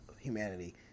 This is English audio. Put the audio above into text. humanity